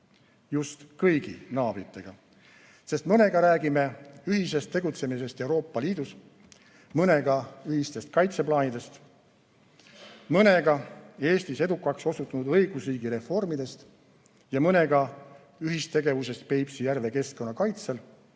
Just kõigi naabritega, sest mõnega räägime ühisest tegutsemisest Euroopa Liidus, mõnega ühistest kaitseplaanidest, mõnega Eestis edukaks osutunud õigusriigi reformidest ja mõnega ühistegevusest Peipsi järve keskkonna kaitsel,